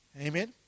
Amen